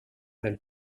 del